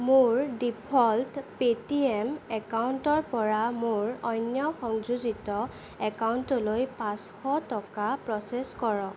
মোৰ default Paytm একাউণ্টৰপৰা মোৰ অন্য সংযোজিত একাউণ্টলৈ পাঁচশ টকা প্ৰ'চেছ কৰক